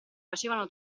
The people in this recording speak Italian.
facevano